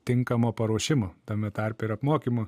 tinkamo paruošimo tame tarpe ir apmokymų